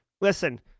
Listen